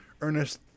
Ernest